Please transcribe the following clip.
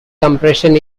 compression